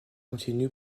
continue